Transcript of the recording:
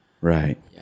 Right